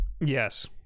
yes